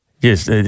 yes